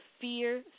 fear